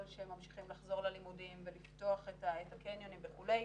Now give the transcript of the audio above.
שממשיכים לחזור ללימודים ולפתוח את הקניונים וכולי.